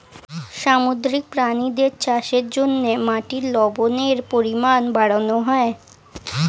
সামুদ্রিক প্রাণীদের চাষের জন্যে মাটির লবণের পরিমাণ বাড়ানো হয়